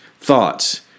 thoughts